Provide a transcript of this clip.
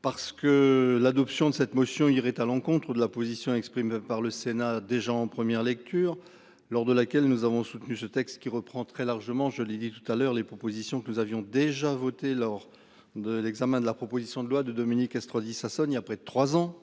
Parce que l'adoption de cette motion irait à l'encontre de la position exprimée par le Sénat. Déjà en première lecture lors de laquelle nous avons soutenu ce texte qui reprend très largement, je l'ai dit tout à l'heure, les propositions que nous avions déjà voté lors de l'examen de la proposition de loi de Dominique Estrosi Sassone il y a près de 3 ans.